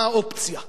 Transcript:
מה האופציה?